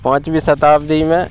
पाँचवीं शताब्दी में